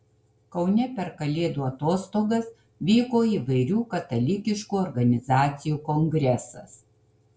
kaune per kalėdų atostogas vyko įvairių katalikiškų organizacijų kongresas